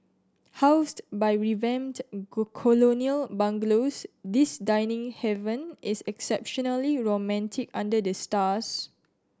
housed by revamped colonial bungalows this dining haven is exceptionally romantic under the stars